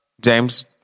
James